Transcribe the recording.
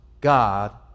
God